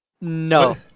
No